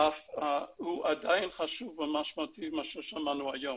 אבל הוא עדיין חשוב ומשמעותי לפי מה ששמענו היום